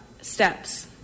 steps